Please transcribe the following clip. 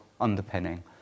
underpinning